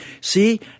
see